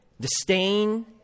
disdain